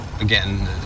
again